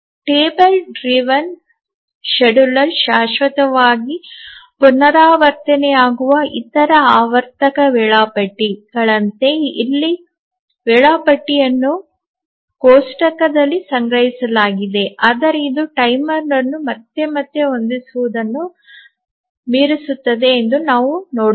table ಚಾಲಿತ ವೇಳಾಪಟ್ಟಿ ಶಾಶ್ವತವಾಗಿ ಪುನರಾವರ್ತನೆಯಾಗುವ ಇತರ ಆವರ್ತಕ ವೇಳಾಪಟ್ಟಿಗಳಂತೆ ಇಲ್ಲಿ ವೇಳಾಪಟ್ಟಿಯನ್ನು ಕೋಷ್ಟಕದಲ್ಲಿ ಸಂಗ್ರಹಿಸಲಾಗಿದೆ ಆದರೆ ಇದು ಟೈಮರ್ ಅನ್ನು ಮತ್ತೆ ಮತ್ತೆ ಹೊಂದಿಸುವುದನ್ನು ಮೀರಿಸುತ್ತದೆ ಎಂದು ನಾವು ನೋಡುತ್ತೇವೆ